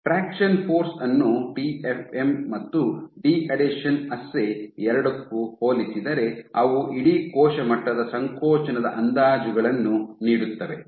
traction force ಅನ್ನು TFM ಮತ್ತು deadhesion assay ಎರಡಕ್ಕೂ ಹೋಲಿಸಿದರೆ ಅವು ಇಡೀ ಕೋಶ ಮಟ್ಟದ ಸಂಕೋಚನದ ಅಂದಾಜುಗಳನ್ನು ನೀಡುತ್ತವೆ